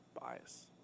bias